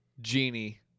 Genie